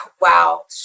wow